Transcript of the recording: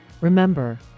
Remember